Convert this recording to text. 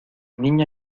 niña